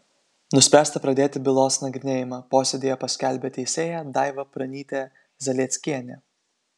nuspręsta pradėti bylos nagrinėjimą posėdyje paskelbė teisėja daiva pranytė zalieckienė